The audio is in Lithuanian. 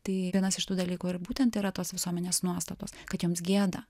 tai vienas iš tų dalykų ir būtent yra tos visuomenės nuostatos kad joms gėda